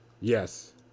yes